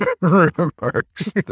remarks